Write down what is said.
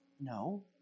No